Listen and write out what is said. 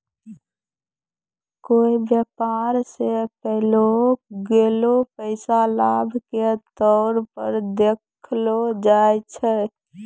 कोय व्यापार स पैलो गेलो पैसा लाभ के तौर पर देखलो जाय छै